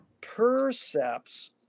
percepts